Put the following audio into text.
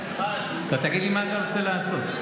מיכאל, תגיד לי מה אתה רוצה לעשות.